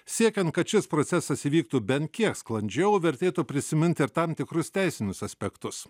siekiant kad šis procesas įvyktų bent kiek sklandžiau vertėtų prisiminti ir tam tikrus teisinius aspektus